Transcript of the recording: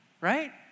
right